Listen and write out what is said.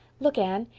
look, anne,